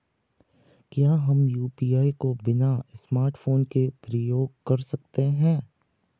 क्या हम यु.पी.आई को बिना स्मार्टफ़ोन के प्रयोग कर सकते हैं?